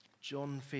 John